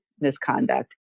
misconduct